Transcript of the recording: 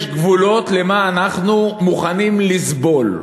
יש גבולות למה שאנחנו מוכנים לסבול?